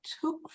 took